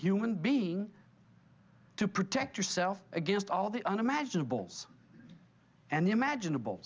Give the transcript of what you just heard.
human being to protect yourself against all the unimaginable and imaginable